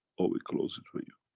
or we close it for you.